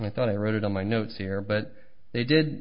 i thought i wrote it on my notes here but they did